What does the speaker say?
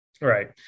Right